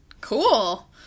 cool